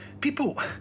People